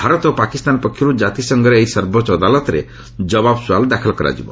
ଭାରତ ଓ ପାକିସ୍ତାନ ପକ୍ଷରୁ କାତିସଂଘର ଏହି ସର୍ବୋଚ୍ଚ ଅଦାଲତରେ ଜବାବ୍ ସୁଆଲ୍ ଦାଖଲ କରାଯିବ